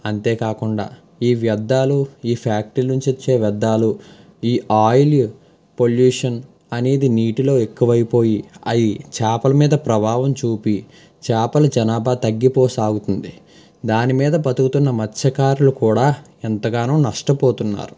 అంతేకాకుండా ఈ వ్యర్ధాలు ఈ ఫ్యాక్టరీల నుంచి వచ్చే వ్యర్ధాలు ఈ ఆయిల్ పొల్యూషన్ అనేది నీటిలో ఎక్కువైపోయి అవి చేపల మీద ప్రభావం చూపి చేపలు జనాభా తగ్గిపో సాగుతుంది దాని మీద బతుకుతున్న మత్స్యకారులు కూడా ఎంతగానో నష్టపోతున్నారు